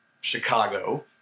Chicago